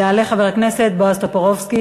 יעלה חבר הכנסת בועז טופורובסקי.